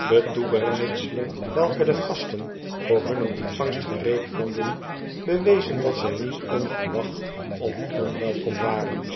de toebereidselen welke de gasten voor hunne ontvangst gereed vonden bewezen dat zij niet onverwacht of onwelkom waren